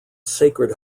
sacred